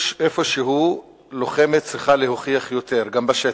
איפשהו לוחמת צריכה להוכיח יותר גם בשטח.